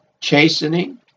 chastening